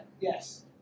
yes